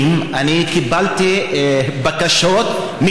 מ' אני קיבלתי בקשות,